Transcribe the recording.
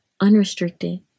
unrestricted